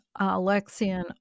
alexian